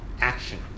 action